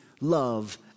love